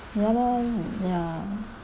ya lor ya